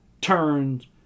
turns